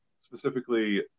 Specifically